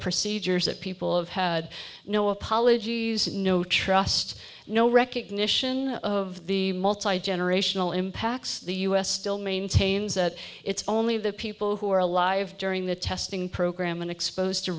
procedures that people of had no apology no trust no recognition of the multi generational impacts the u s still maintains that it's only the people who are alive during the testing program and exposed to